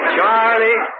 Charlie